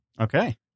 Okay